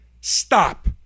stop